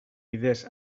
bidez